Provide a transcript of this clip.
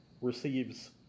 receives